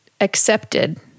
accepted